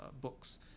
books